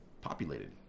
populated